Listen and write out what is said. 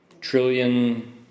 trillion